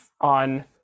on